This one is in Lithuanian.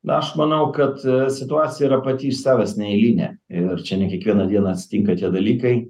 na aš manau kad situacija yra pati iš savęs neeilinė ir čia ne kiekvieną dieną atsitinka tie dalykai